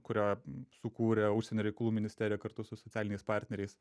kurią sukūrė užsienio reikalų ministerija kartu su socialiniais partneriais